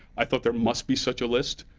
i thought there must be such a list,